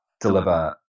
deliver